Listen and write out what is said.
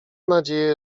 nadzieje